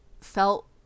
felt